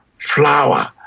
flour.